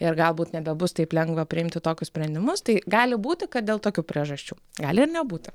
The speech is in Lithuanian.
ir galbūt nebebus taip lengva priimti tokius sprendimus tai gali būti kad dėl tokių priežasčių gali ir nebūti